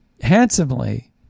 handsomely